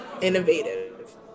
innovative